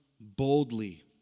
boldly